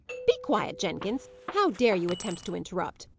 be quiet, jenkins! how dare you attempt to interrupt!